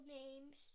names